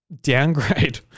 downgrade